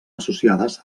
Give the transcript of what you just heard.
associades